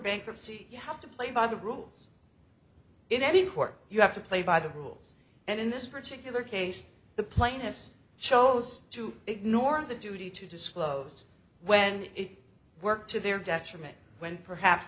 bankruptcy you have to play by the rules in any court you have to play by the rules and in this particular case the plaintiffs chose to ignore the duty to disclose when it worked to their detriment when perhaps